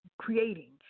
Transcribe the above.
creating